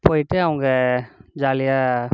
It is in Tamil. போய்விட்டு அவங்க ஜாலியாக